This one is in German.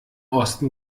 osten